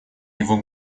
его